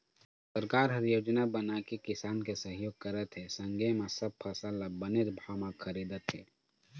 सरकार ह योजना बनाके किसान के सहयोग करत हे संगे म सब फसल ल बनेच भाव म खरीदत हे